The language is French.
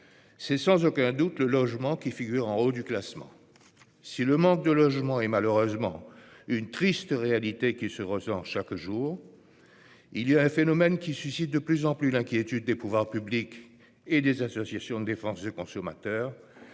c'est sans aucun doute le logement, au côté de l'emploi, qui figure en haut du classement. Si le manque de logements est malheureusement une triste réalité qui se ressent chaque jour, un phénomène suscite de plus en plus l'inquiétude des pouvoirs publics et des associations de défense de consommateurs